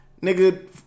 nigga